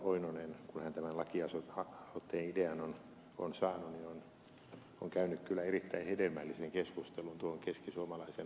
oinonen kun hän tämän lakialoitteen idean on saanut on käynyt kyllä erittäin hedelmällisen keskustelun tuon keskisuomalaisen naisyrittäjän kanssa